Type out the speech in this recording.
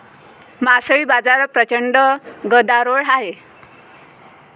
मासळी बाजारात प्रचंड गदारोळ आहे